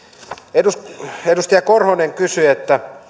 edustaja edustaja korhonen kysyi